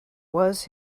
was